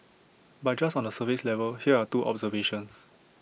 but just on the surface level here are two observations